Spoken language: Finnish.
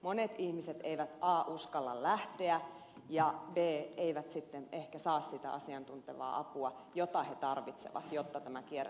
monet ihmiset eivät a uskalla lähteä ja b eivät sitten ehkä saa sitä asiantuntevaa apua jota he tarvitsevat jotta tämä kierre saadaan poikki